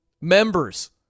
members